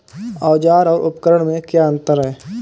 औज़ार और उपकरण में क्या अंतर है?